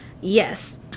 yes